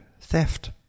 Theft